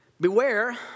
Beware